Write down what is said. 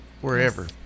wherever